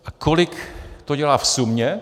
A kolik to dělá v sumě?